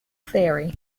theory